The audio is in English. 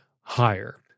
higher